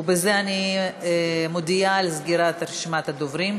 ובזה אני מודיעה על סגירת רשימת הדוברים,